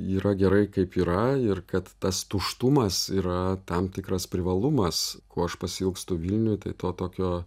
yra gerai kaip yra ir kad tas tuštumas yra tam tikras privalumas ko aš pasiilgstu vilniuj tai to tokio